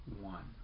One